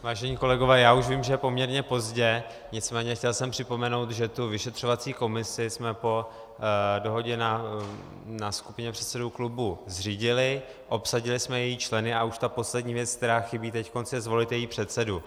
Vážení kolegové, já vím, že už je poměrně pozdě, nicméně jsem chtěl připomenout, že vyšetřovací komisi jsme po dohodě na skupině předsedů klubů zřídili, obsadili jsme její členy a už ta poslední věc, která chybí, je teď zvolit jejího předsedu.